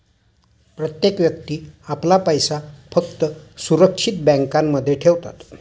प्रत्येक व्यक्ती आपला पैसा फक्त सुरक्षित बँकांमध्ये ठेवतात